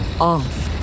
Off